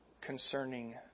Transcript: concerning